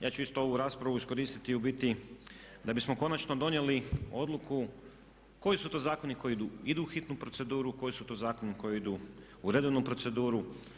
Ja ću isto ovu raspravu iskoristiti u biti da bismo konačno donijeli odluku koji su to zakoni koji idu u hitnu proceduru, koji su to zakoni koji idu u redovnu proceduru.